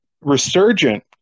resurgent